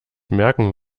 merken